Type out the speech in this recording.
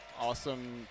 awesome